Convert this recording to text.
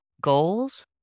goals